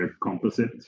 composite